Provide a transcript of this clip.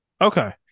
Okay